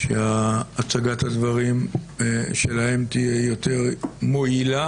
שהצגת הדברים שלהם תהיה יותר מועילה